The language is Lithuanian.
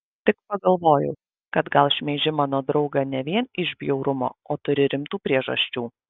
tik pagalvojau kad gal šmeiži mano draugą ne vien iš bjaurumo o turi rimtų priežasčių